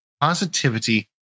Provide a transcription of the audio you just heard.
positivity